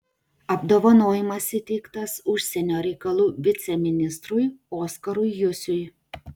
apdovanojimas įteiktas užsienio reikalų viceministrui oskarui jusiui